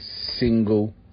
single